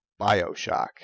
bioshock